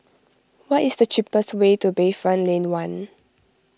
what is the cheapest way to Bayfront Lane one